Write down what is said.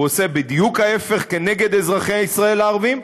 הוא עושה בדיוק ההפך כנגד אזרחי ישראל הערבים,